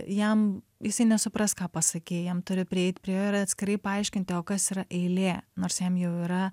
jam jisai nesupras ką pasakei jam turi prieit prie jo atskirai paaiškinti o kas yra eilė nors jam jau yra